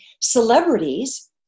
celebrities